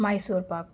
Mysore Pak